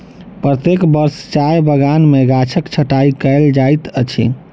प्रत्येक वर्ष चाय बगान में गाछक छंटाई कयल जाइत अछि